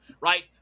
right